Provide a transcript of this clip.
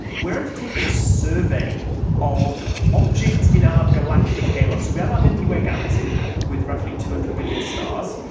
we are undertaking a survey of objects in our galactic halo. so we have our milky way galaxy with roughly two hundred billion stars,